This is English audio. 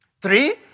Three